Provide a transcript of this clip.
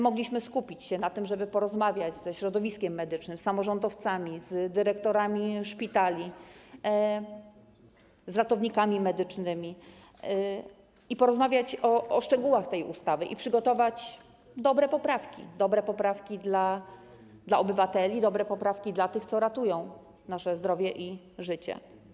Mogliśmy skupić się na tym, żeby porozmawiać ze środowiskiem medycznym, samorządowcami, z dyrektorami szpitali, z ratownikami medycznymi, porozmawiać o szczegółach tej ustawy i przygotować dobre poprawki - dobre poprawki dla obywateli, dobre poprawki dla tych, którzy ratują nasze zdrowie i życie.